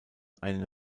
eine